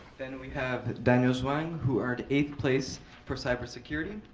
then we have daniel zwang who earned eighth place for cyber security.